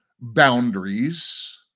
boundaries